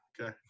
Okay